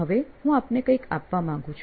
હવે હું આપને કઈંક આપવા માંગું છું